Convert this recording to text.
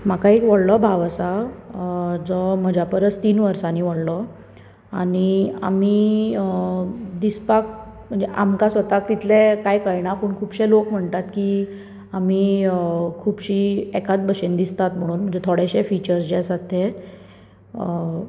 म्हाका एक व्हडलो भाव आसा जो म्हज्या परस तीन वर्सांनी व्हडलो आनी आमी दिसपाक म्हणजे आमकां स्वताक तितलें कांय कळना पूण खुबशे लोक म्हणटात की आमी खुबशी एकाच बशेन दिसतात म्हणून थोडेशे फिचर्स जे आसात ते